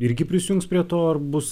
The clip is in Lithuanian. irgi prisijungs prie to ar bus